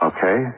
Okay